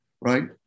right